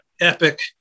epic